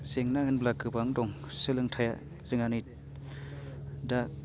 जेंना होनब्ला गोबां दं सोलोंथाया जोंहानि दा